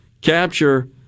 capture